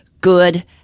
good